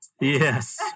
Yes